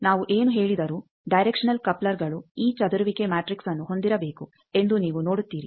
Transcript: ನಾವು ಏನು ಹೇಳಿದರೂ ಡೈರೆಕ್ಷನಲ್ ಕಪ್ಲರ್ಗಳು ಈ ಚದುರುವಿಕೆ ಮ್ಯಾಟ್ರಿಕ್ಸ್ಅನ್ನು ಹೊಂದಿರಬೇಕು ಎಂದು ನೀವು ನೋಡುತ್ತೀರಿ